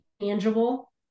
tangible